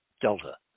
Delta